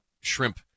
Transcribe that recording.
shrimp